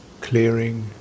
Clearing